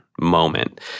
moment